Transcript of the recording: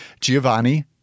Giovanni